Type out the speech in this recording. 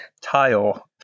tile